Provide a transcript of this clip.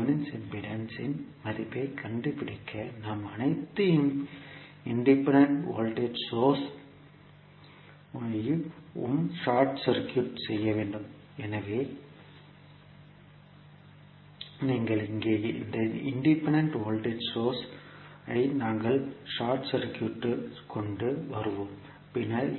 Thevenin impedance இன் மதிப்பைக் கண்டுபிடிக்க நாம் அனைத்து இன்டிபெண்டன்ட் வோல்டேஜ் சோர்ஸ் ஐ உம் ஷார்ட் சர்க்யூட் செய்ய வேண்டும் எனவே நீங்கள் இங்கே இந்த இன்டிபெண்டன்ட் வோல்டேஜ் சோர்ஸ் ஐ நாங்கள் ஷார்ட் சர்க்யூட்க்கு கொண்டு வருவோம் பின்னர்